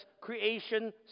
creation